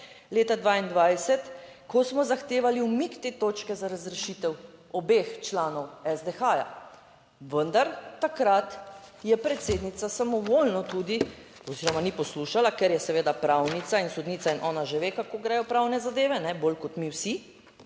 leta 2022, ko smo zahtevali umik te točke za razrešitev obeh članov SDH. Vendar takrat je predsednica samovoljno tudi oziroma ni poslušala, ker je seveda pravnica in sodnica in ona že ve kako gredo pravne zadeve, bolj kot mi vsi,